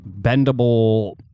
bendable